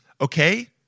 okay